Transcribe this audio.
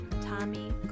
Tommy